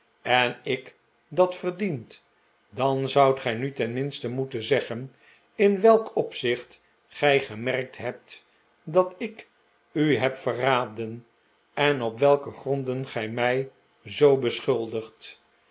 en ik dat verdiend dan zoudt gij nu tenminste moeten zeggen in welk opzicht gij gemerkt hebt dat ik u heb verraden en op welke gronden gij mij zoo beschuldigt